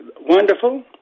Wonderful